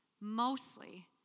mostly